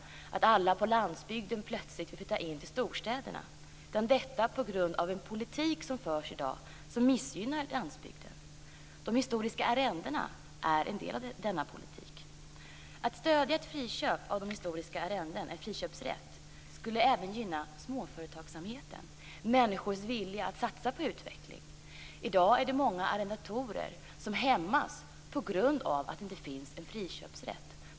Alla på landsbygden vill inte plötsligt flytta in till storstäderna. Det har skett på grund av den politik som förs i dag som missgynnar landsbygden. De historiska arrendena är en del av denna politik. Att stödja en friköpsrätt av de historiska arrendena skulle även gynna småföretagsamheten och människors vilja att satsa på utveckling. I dag är det många arrendatorer som hämmas på grund av att det inte finns en friköpsrätt.